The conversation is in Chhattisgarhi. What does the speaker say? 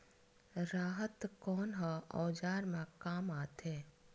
राहत कोन ह औजार मा काम आथे?